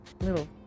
Little